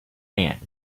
man